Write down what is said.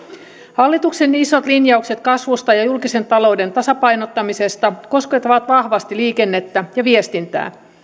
hallituksen isot linjaukset kasvusta ja julkisen talouden tasapainottamisesta koskettavat vahvasti liikennettä ja viestintää